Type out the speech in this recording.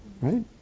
right